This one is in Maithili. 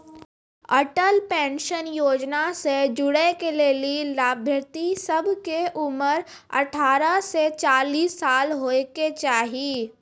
अटल पेंशन योजना से जुड़ै के लेली लाभार्थी सभ के उमर अठारह से चालीस साल होय के चाहि